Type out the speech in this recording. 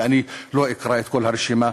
ואני לא אקרא את כל הרשימה.